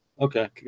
Okay